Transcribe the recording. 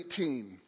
18